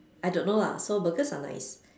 I don't know lah so burgers are nice